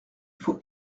faut